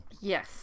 yes